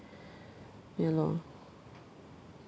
ya lor